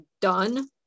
done